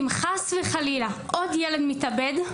אם חס וחלילה עוד ילד מתאבד,